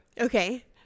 Okay